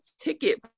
ticket